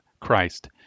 Christ